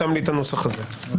המחיקה של הסעיף היא מחיקה